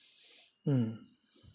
mm